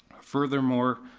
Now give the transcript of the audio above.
furthermore,